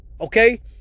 Okay